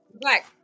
black